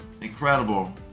incredible